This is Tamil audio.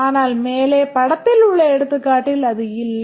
ஆனால் மேலே படத்தில் உள்ள எடுத்துக்காட்டில் அது இல்லை